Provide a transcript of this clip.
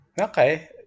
Okay